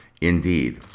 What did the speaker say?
indeed